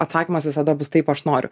atsakymas visada bus taip aš noriu